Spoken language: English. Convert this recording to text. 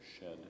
shed